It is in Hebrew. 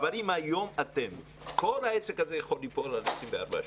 אבל כל העסק הזה יכול ליפול על 24 שקלים,